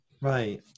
Right